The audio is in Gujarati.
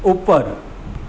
ઉપર